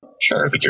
Sure